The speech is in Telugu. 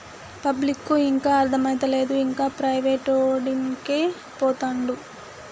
పబ్లిక్కు ఇంకా అర్థమైతలేదు, ఇంకా ప్రైవేటోనికాడికే పోతండు